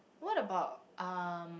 what about um